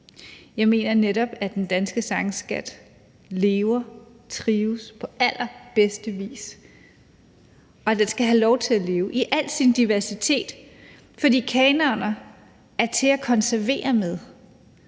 Jeg mener netop, at den danske sangskat lever og trives på allerbedste vis, og at den skal have lov til at leve i al sin diversitet. For kanoner er til at konservere med,